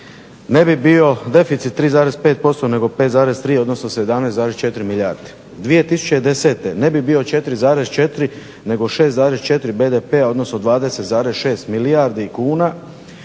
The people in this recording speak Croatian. ne bi bio deficit 3,5%, nego 5,3 odnosno 17,4 milijardi. 2010. ne bi bio 4,4 nego 6,4 BDP-a odnosno 20,6 milijardi kuna